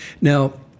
Now